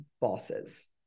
bosses